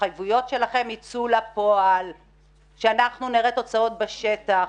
שההתחייבויות שלכם יצאו לפועל ושאנחנו נראה תוצאות בשטח.